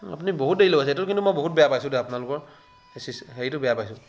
আপুনি বহুত দেৰি লগাইছে এইটো কিন্তু মই বহুত বেয়া পাইছোঁ দেই আপোনলোকৰ হেৰিটো বেয়া পাইছোঁ